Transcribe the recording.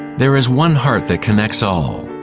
there is one heart that connects all,